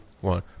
one